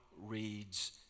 reads